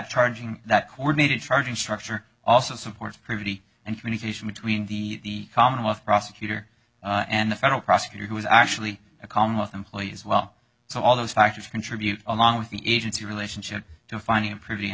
charging that coordinated charging structure also supports pretty and communication between the commonwealth prosecutor and the federal prosecutor who is actually a commonwealth employees as well so all those factors contribute a long with the agency relationship to finding him pretty in